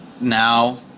now